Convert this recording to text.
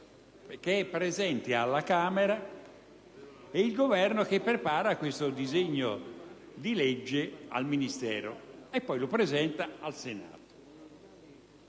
il Governo che è presente alla Camera e il Governo che prepara questo disegno di legge al Ministero della giustizia e poi lo presenta al Senato.